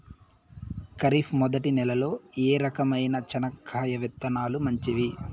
ఖరీఫ్ మొదటి నెల లో ఏ రకమైన చెనక్కాయ విత్తనాలు మంచివి